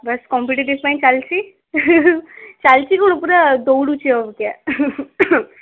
ବାସ୍ competitive ପାଇଁ ଚାଲିଛି ଚାଲିଛି କ'ଣ ପୁରା ଦୌଡ଼ୁଛି ଅବିକା